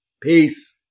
Peace